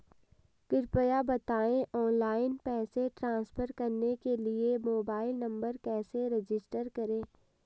कृपया बताएं ऑनलाइन पैसे ट्रांसफर करने के लिए मोबाइल नंबर कैसे रजिस्टर करें?